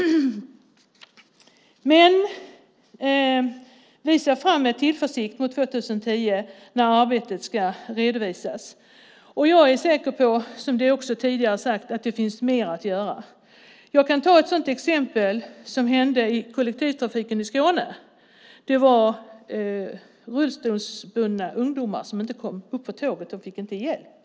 Vi ser med tillförsikt fram mot 2010, då arbetet ska redovisas. Jag är också säker på att det finns mer att göra. Jag kan ta ett exempel på vad som hände i kollektivtrafiken i Skåne. Rullstolsburna ungdomar klarade inte att ta sig upp på tåget och fick inte hjälp.